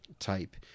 type